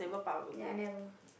ya I never